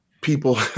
people